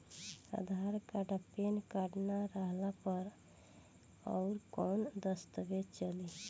आधार card आ PAN card ना रहला पर अउरकवन दस्तावेज चली?